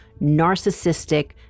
narcissistic